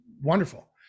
wonderful